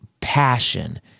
passion